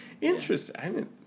Interesting